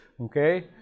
Okay